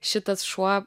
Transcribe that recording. šitas šuo